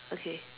okay